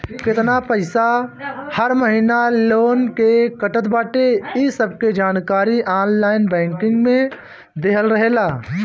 केतना पईसा हर महिना लोन के कटत बाटे इ सबके जानकारी ऑनलाइन बैंकिंग में देहल रहेला